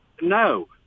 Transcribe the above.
No